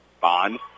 Bond